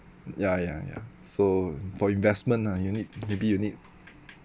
ya ya ya so for investment ah you need maybe you need